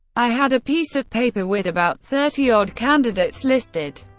i had a piece of paper with about thirty odd candidates listed.